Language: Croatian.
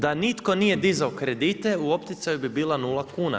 Da nitko nije dizao kredite u opticaju bi bila 0 kuna.